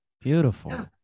beautiful